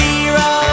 Zero